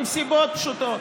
עם סיבות פשוטות.